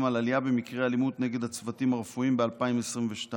על עלייה במקרי האלימות נגד הצוותים הרפואיים ב-2022.